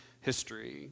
history